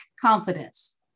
confidence